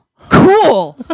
cool